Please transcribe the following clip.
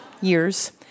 years